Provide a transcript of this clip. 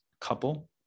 couple